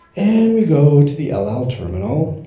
and we go to the el al terminal.